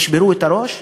תשברו את הראש,